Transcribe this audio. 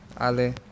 Ale